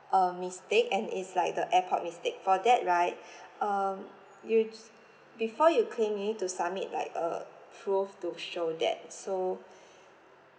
uh mistake and is like the airport mistake for that right um you before you to submit like a proof to show that so